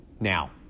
Now